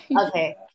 Okay